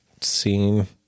scene